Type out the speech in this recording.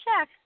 check